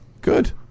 Good